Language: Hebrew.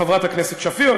חברת הכנסת שפיר,